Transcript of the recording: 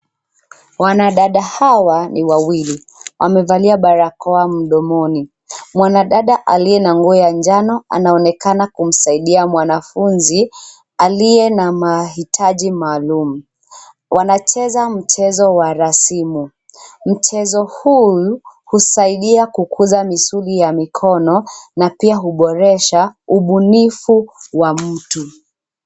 Wanadada hawa ni wawili. Wamevalia barakoa mdomoni. Mwanadada aliye na nguo ya njano anaonekana kumsaidia mwanafunzi aliye na mahitaji maalum. Wanacheza mchezo wa rasimu. Mchezo huu husaidia kukuza misuli ya mikono na pia huboresha ubunifu wa mtu.